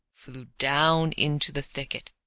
flew down into the thicket,